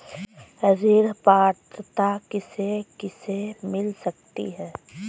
ऋण पात्रता किसे किसे मिल सकती है?